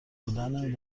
بودن